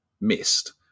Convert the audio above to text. missed